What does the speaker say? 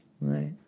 Right